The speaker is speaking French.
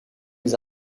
les